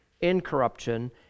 incorruption